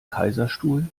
kaiserstuhl